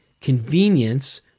convenience